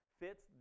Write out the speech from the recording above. fits